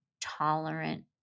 tolerant